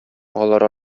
алар